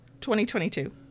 2022